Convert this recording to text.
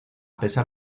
pesar